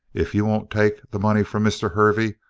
if you won't take the money from mr. hervey,